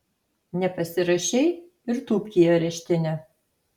nepasirašei ir tūpk į areštinę